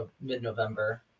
mid-november